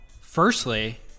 firstly